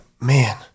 man